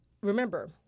remember